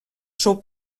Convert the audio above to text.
seu